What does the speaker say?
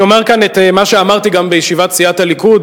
אני אומר כאן את מה שאמרתי גם בישיבת סיעת הליכוד